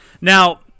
Now